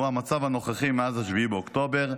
שהוא המצב הנוכחי מאז 7 באוקטובר,